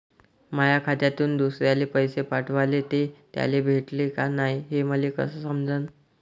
माया खात्यातून दुसऱ्याले पैसे पाठवले, ते त्याले भेटले का नाय हे मले कस समजन?